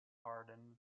hardened